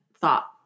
thought